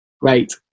Great